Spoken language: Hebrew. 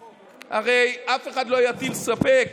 הרי אף אחד לא יטיל ספק